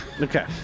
Okay